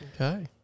Okay